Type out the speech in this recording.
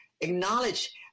acknowledge